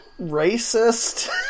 racist